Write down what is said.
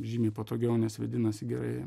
žymiai patogiau nes vėdinasi gerai